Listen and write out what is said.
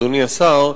אדוני השר,